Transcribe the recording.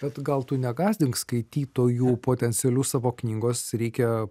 bet gal tu negąsdink skaitytojų potencialių savo knygos reikia